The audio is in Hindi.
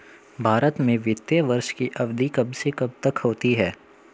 भारत में वित्तीय वर्ष की अवधि कब से कब तक होती है?